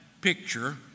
picture